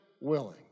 willing